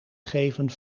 geven